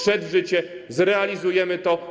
Zrealizujemy to.